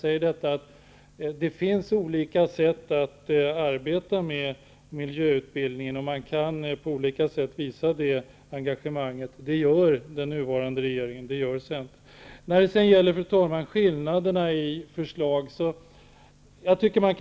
Men det finns olika sätt att arbeta med miljöutbildning och visa det engagemanget. Det gör den nuvarande regeringen och centern. Fru talman! Vidare har vi skillnaderna i förslag.